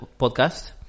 podcast